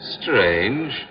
Strange